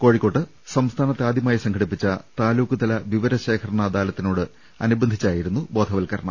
കോഴിക്കോട്ട് സംസ്ഥാനത്ത് ആദ്യമായി സംഘടിപ്പിച്ച താലൂക്ക്തല വിവരശേഖരണ അദാലത്തിനോട് അനുബന്ധിച്ചായി രുന്നു ബോധവത്ക്കരണം